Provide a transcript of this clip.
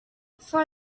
for